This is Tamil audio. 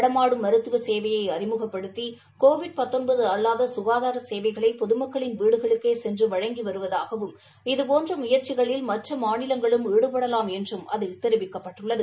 நடமாடும் மருத்துவ சேவையை அறிமுகப்படுத்தி கோவிட் அல்லாத சுகாதார சேவைகளை பொதுமக்களின் வீடுகளுக்கே ச சென்று வழங்கி வருவதாகவும் இதுபோன்ற முயற்சிகளில் மற்ற மாநிலங்களும் ஈடுபடலாம் என்றும் அதில் தெரிவிக்கப்பட்டுள்ளது